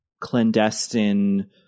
clandestine